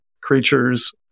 creatures